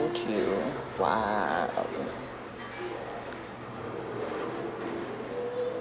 to you !wow!